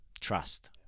trust